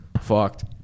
fucked